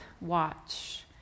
watch